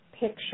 picture